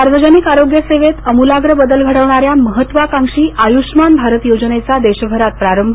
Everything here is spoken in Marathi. सार्वजनिक आरोग्य सेवेत अमुलाग्र बदल घडवणाऱ्या महत्त्वाकांक्षी आयुष्मान भारत योजनेचा देशभरात प्रारंभ